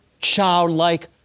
childlike